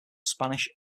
spanish